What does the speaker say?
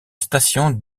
station